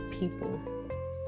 people